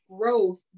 growth